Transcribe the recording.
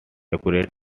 occurred